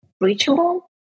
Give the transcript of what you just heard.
reachable